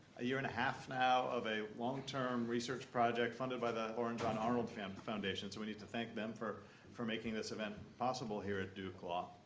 a year and a half now of a long-term research project funded by the laura and john arnold family foundation. so we need to thank them for for making this event possible here at duke law.